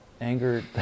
anger